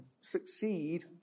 succeed